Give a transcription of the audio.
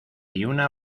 una